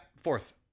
fourth